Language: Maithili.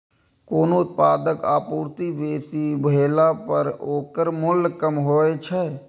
कोनो उत्पादक आपूर्ति बेसी भेला पर ओकर मूल्य कम होइ छै